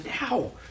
now